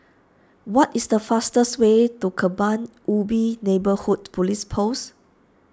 what is the fastest way to Kebun Ubi Neighbourhood Police Post